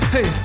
Hey